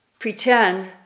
Pretend